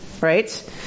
right